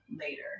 later